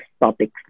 topics